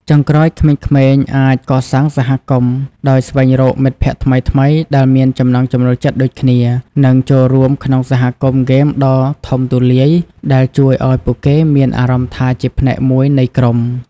ចុងក្រោយ ក្មេងៗអាច កសាងសហគមន៍ ដោយស្វែងរកមិត្តភក្តិថ្មីៗដែលមានចំណង់ចំណូលចិត្តដូចគ្នា និងចូលរួមក្នុងសហគមន៍ហ្គេមដ៏ធំទូលាយ ដែលជួយឱ្យពួកគេមានអារម្មណ៍ថាជាផ្នែកមួយនៃក្រុម។